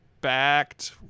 Backed